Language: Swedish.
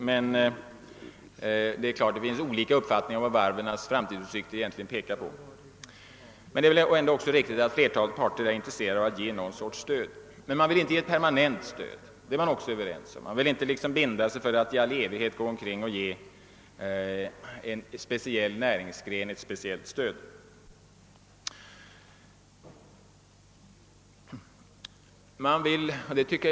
Det finns naturligtvis olika uppfattningar om varvens framtida utsikter. Men det är väl ändå också riktigt att flertalet parter är intresserade av att ge någon sorts stöd. Man vill emellertid inte ge ett permanent stöd — det är man också överens om; man vill inte binda sig för att i all evighet ge en viss näringsgren ett speciellt stöd.